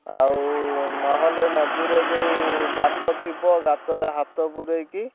ଆଉ ନହେଲେ ନଦୀରେ ଯେଉଁ ଗାତ ଥିବ ଗାତରେ ହାତ ପୁରେଇକି